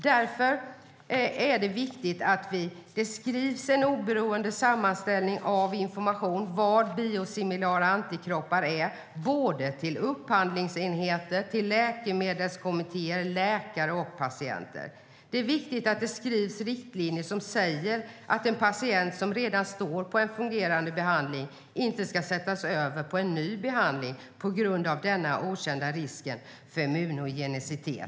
Därför är det viktigt att det skrivs en oberoende sammanställning av information om vad biosimilara antikroppar är riktad till upphandlingsenheter, läkemedelskommittéer, läkare och patienter. Det är viktigt att det införs riktlinjer som säger att en patient som redan står på en fungerande behandling inte ska sättas över på en ny behandling på grund av den okända risken för immunogenicitet.